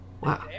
wow